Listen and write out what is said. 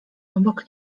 obok